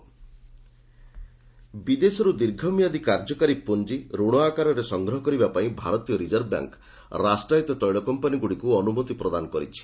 RBI oil borrowing ବିଦେଶରୁ ଦୀର୍ଘମିଆଦୀ କାର୍ଯ୍ୟକାରୀ ପୁଞ୍ଜି ରଣ ଆକାରରେ ସଂଗ୍ରହ କରିବା ପାଇଁ ଭାରତୀୟ ରିଜର୍ଭ ବ୍ୟାଙ୍କ ରାଷ୍ଟ୍ରାୟତ୍ତ ତେଳ କମ୍ପାନିଗୁଡ଼ିକୁ ଅନୁମତି ପ୍ରଦାନ କରିଛି